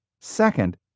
Second